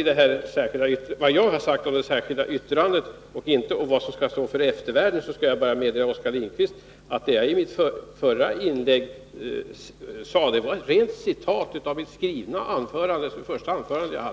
gäller vad jag har sagt om det särskilda yttrandet, och inte vad som skall stå för eftervärlden, vill jag bara meddela Oskar Lindkvist att det jag anförde i mitt förra inlägg var ett rent citat ur mitt skrivna första anförande.